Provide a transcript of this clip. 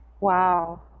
Wow